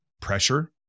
pressure